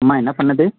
அம்மா என்ன பண்ணுது